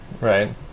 Right